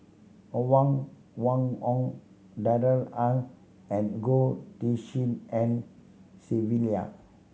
Huang Wenhong Darrell Ang and Goh Tshin En Sylvia